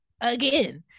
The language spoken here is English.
again